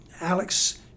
Alex